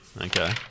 Okay